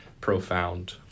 profound